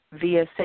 via